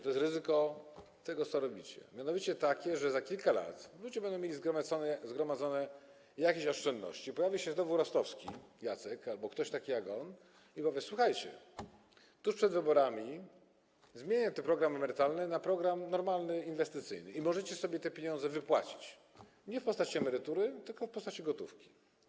To jest ryzyko tego, co robicie, mianowicie takie, że za kilka lat ludzie będą mieli zgromadzone jakieś oszczędności, pojawi się znowu Rostowski Jacek albo ktoś taki jak on i powie: Słuchajcie, tuż przed wyborami zmienię ten program emerytalny na normalny program inwestycyjny i możecie sobie te pieniądze wypłacić nie w postaci emerytury, tylko w postaci gotówki.